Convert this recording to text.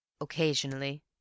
Occasionally